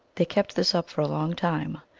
they kept this up for a long time.